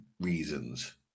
reasons